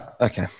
Okay